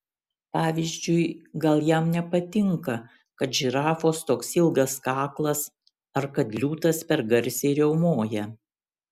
pavyzdžiui gal jam nepatinka kad žirafos toks ilgas kaklas ar kad liūtas per garsiai riaumoja